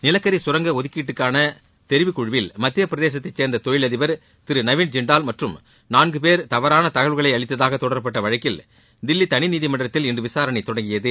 நிலக்கரி கரங்க ஒதுக்கீட்டுக்கான தெரிவு குழுவில் மத்திய பிரதேசத்தை சேர்ந்த தொழில் அதிபர் திரு நவீன் ஜின்டால் மற்றும் நான்கு பேர் தவறான தகவல்களை அளித்ததாக தொடரப்பட்ட வழக்கில் தில்லி தனிநீதிமன்றத்தில் இன்று விசாரணை தொடங்கியது